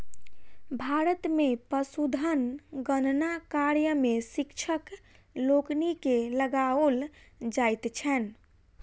भारत मे पशुधन गणना कार्य मे शिक्षक लोकनि के लगाओल जाइत छैन